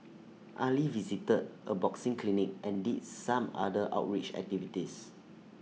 Ali visited A boxing clinic and did some other outreach activities